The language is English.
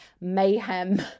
mayhem